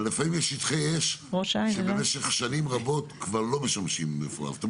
אבל לפעמים יש שטחי אש שלא משמשים בפועל כבר במשך שנים רבות.